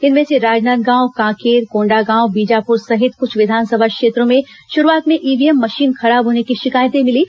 इनमें से राजनादगांव कांकेर कोंडागांव बीजापुर सहित कुछ विधानसभा क्षेत्रों में शुरूआत में ईव्हीएम मशीन खराब होने की शिकायतें मिली